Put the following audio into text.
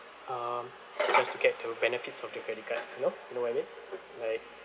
um just to get the benefits of the credit card hello no idea like